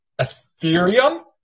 Ethereum